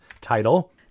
title